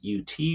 UT